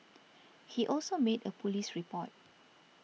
he also made a police report